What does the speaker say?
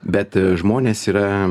bet žmonės yra